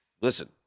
listen